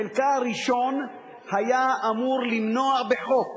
חלקה הראשון היה אמור למנוע בחוק